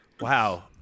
Wow